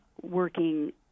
working